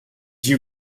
you